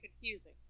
confusing